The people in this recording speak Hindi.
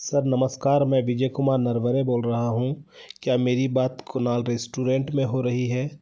सर नमस्कार मैं विजय कुमार नरवरे बोल रहा हूँ क्या मेरी बात कुणाल रेस्टोरेंट में हो रही है